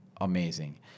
amazing